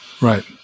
Right